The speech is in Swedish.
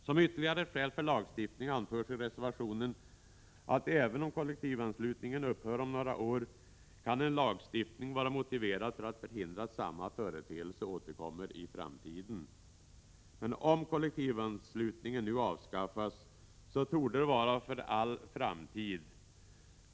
Som ytterligare ett skäl för lagstiftning anförs i reservationen, att även om kollektivanslutningen upphör om några år kan en lagstiftning vara motiverad för att förhindra att samma företeelse återkommer i framtiden. Om kollektivanslutningen nu avskaffas torde det vara för all framtid.